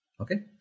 okay